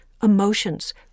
emotions